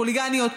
חוליגניות.